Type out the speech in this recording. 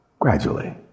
gradually